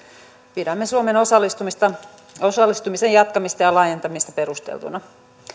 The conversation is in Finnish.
pidämme suomen osallistumisen jatkamista ja laajentamista perusteltuina